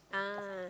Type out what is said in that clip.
ah